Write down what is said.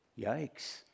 Yikes